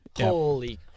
Holy